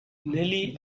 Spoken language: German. nelly